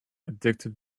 addicted